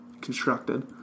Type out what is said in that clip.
constructed